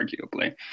arguably